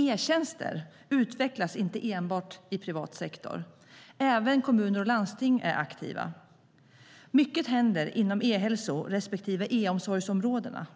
E-tjänster utvecklas inte enbart i privat sektor. Även kommuner och landsting är aktiva. Mycket händer inom e-hälso respektive e-omsorgsområdena.